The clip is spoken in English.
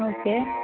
okay